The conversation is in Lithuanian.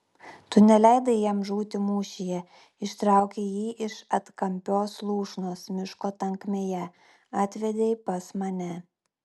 tu neleidai jam žūti mūšyje ištraukei jį iš atkampios lūšnos miško tankmėje atvedei pas mane